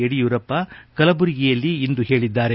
ಯಡಿಯೂರಪ್ಪ ಕಲಬುರಗಿಯಲ್ಲಿಂದು ಹೇಳಿದ್ದಾರೆ